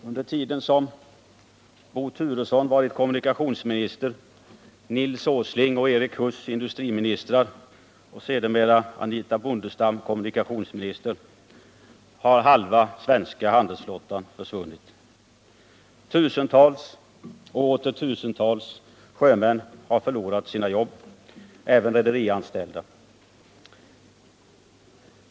Under den tid som Bo Turesson varit kommunikationsminister Nils Åsling och Erik Huss industriministrar och Anitha Bondestam sedermera kommunikationsminister har halva svenska handelsflottan försvunnit. Tusentals och åter tusentals sjömän har förlorat sina jobb. Det gäller även dem som varit anställda på rederikontoren.